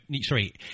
sorry